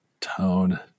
Tone